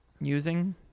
using